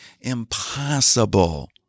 impossible